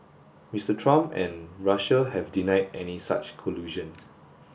Mister Trump and Russia have denied any such collusion